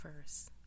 first